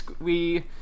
we-